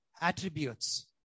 attributes